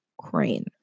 Crane